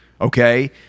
okay